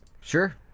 Sure